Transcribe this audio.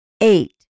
Eight